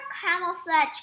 camouflage